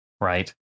right